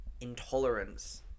intolerance